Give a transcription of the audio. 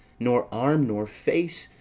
nor arm, nor face,